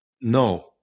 no